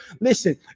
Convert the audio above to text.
listen